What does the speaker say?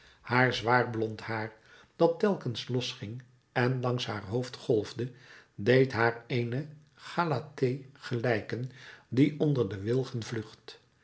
haar zwaar blond haar dat telkens losging en langs haar hoofd golfde deed haar eene galathee gelijken die onder de wilgen vlucht